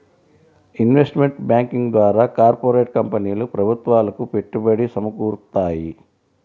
investment banking ద్వారా corporate కంపెనీలు ప్రభుత్వాలకు పెట్టుబడి సమకూరుత్తాయి